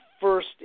first